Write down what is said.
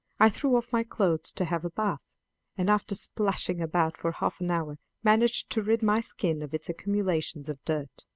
i threw off my clothes to have a bath and after splashing about for half an hour managed to rid my skin of its accumulations of dirt.